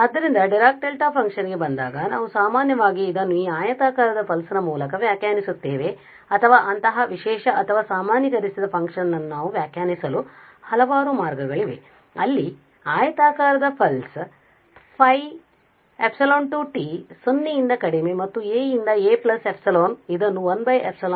ಆದ್ದರಿಂದ Dirac delta function ಗೆ ಬಂದಾಗ ನಾವು ಸಾಮಾನ್ಯವಾಗಿ ಇದನ್ನು ಈ ಆಯತಾಕಾರದ ಪಲ್ಸ್ ನ ಮೂಲಕ ವ್ಯಾಖ್ಯಾನಿಸುತ್ತೇವೆ ಅಥವಾ ಅಂತಹ ವಿಶೇಷ ಅಥವಾ ಸಾಮಾನ್ಯೀಕರಿಸಿದ ಫಂಕ್ಷನ್ ವನ್ನು ನಾವು ವ್ಯಾಖ್ಯಾನಿಸಲು ಹಲವಾರು ಮಾರ್ಗಗಳಿವೆ ಅಲ್ಲಿ ಈ ಆಯತಾಕಾರದ ಪಲ್ಸ್ t 0 ಯಿಂದ ಕಡಿಮೆ ಮತ್ತು a ಯಿಂದ a ε ಇದನ್ನು 1 ε